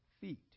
feet